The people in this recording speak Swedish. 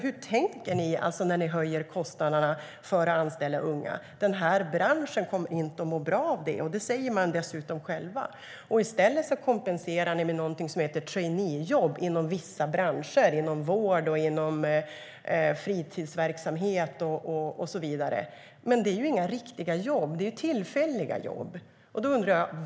Hur tänker ni när ni höjer kostnaderna för att anställa unga? Den här branschen kommer inte att må bra av det. Det säger de dessutom själva. Ni kompenserar i stället med någonting som heter traineejobb, inom vissa branscher såsom vård, fritidsverksamhet och så vidare. Men det är inga riktiga jobb. Det är tillfälliga jobb.